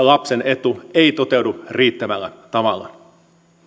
lapsen etu ei toteudu riittävällä tavalla